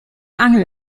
angel